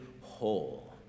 whole